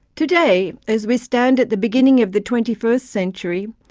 today, as we stand at the beginning of the twenty first century,